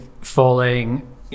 falling